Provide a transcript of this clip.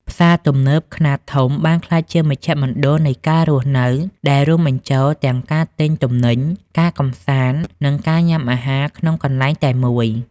ផ្សារទំនើបខ្នាតធំ បានក្លាយជាមជ្ឈមណ្ឌលនៃការរស់នៅ ដែលរួមបញ្ចូលទាំងការទិញទំនិញ ការកម្សាន្ត និងការញ៉ាំអាហារក្នុងកន្លែងតែមួយ។